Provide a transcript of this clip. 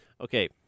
Okay